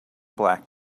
black